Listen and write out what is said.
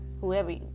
whoever